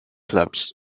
clubs